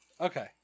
Okay